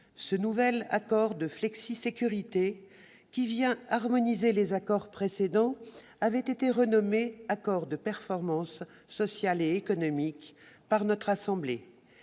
Ce nouvel accord de flexisécurité, qui harmonise les accords précédents, avait été renommé « accord de performance sociale et économique » par la Haute Assemblée.